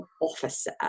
Officer